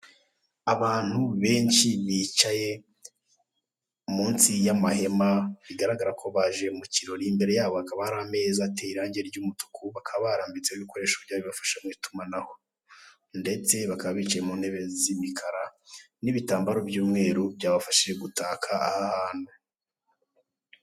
Abantu benshi bicaye mu nsi y'amahemba bigaragara ko baje mu kirori, imbere yabo hakaba hari ameza ateye irangi ry'umutuku, bakaba baharambitse ibikoresho bijya bibafasha mu itumanaho, ndetse bakaba bicaye mu ntebe z'imikara, n'ibitambaro by'umweru byabafashije gutaka aha hantu.